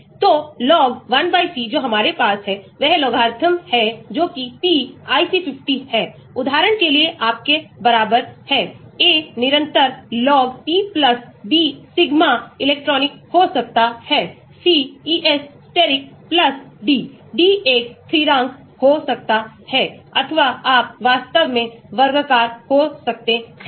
तो log 1 C जो हमारे पास है वह logarithm है जोकि p IC 50 है उदाहरण के लिए आपके बराबर है A निरंतर log P B sigma electronic हो सकता है c ES steric d d एक स्थिरांक हो सकता है अथवा आप वास्तव में वर्गाकार हो सकते हैं